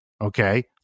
Okay